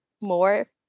more